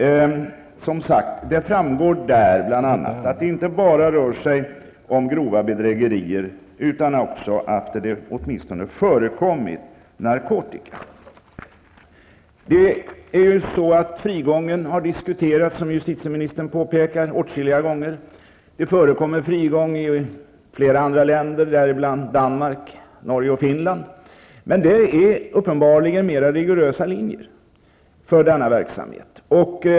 Där framgår bl.a. att det inte bara rör sig om grova bedrägerier, utan det har också förekommit narkotika. Frigång har diskuterats, som justitieministern påpekade, åtskilliga gånger. Det förekommer frigång i flera andra länder också, däribland Danmark, Norge och Finland. Men där är det uppenbarligen mer rigorösa linjer för verksamheten.